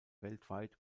weltweit